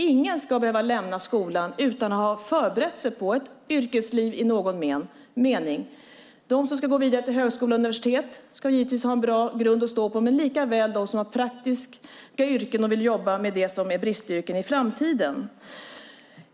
Ingen ska behöva lämna skolan utan att ha förberett sig på ett yrkesliv i någon mening. De som ska gå vidare till högskola och universitet ska givetvis ha en bra grund att stå på. Men det gäller lika väl dem som har praktiska yrken och som vill jobba med det som är bristyrken i framtiden.